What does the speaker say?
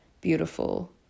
beautiful